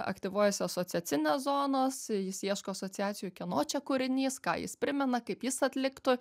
aktyvuojasi asociacinės zonos jis ieško asociacijų kieno čia kūrinys ką jis primena kaip jis atliktų